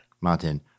Martin